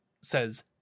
says